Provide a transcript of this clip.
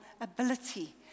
ability